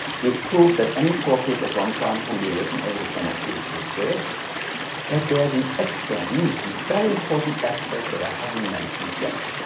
we've proved that any four k one prime can be written as a sum of two integers squares but there's an extra neat and very important aspect that i haven't mentioned yet.